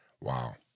wow